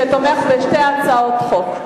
כתומך בשתי הצעות החוק.